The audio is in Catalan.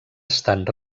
estat